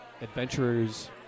adventurers